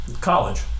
college